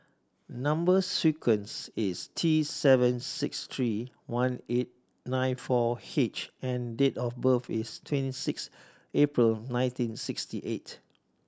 number sequence is T seven six three one eight nine four H and date of birth is twenty six April nineteen sixty eight